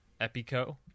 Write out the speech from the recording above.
Epico